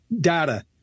data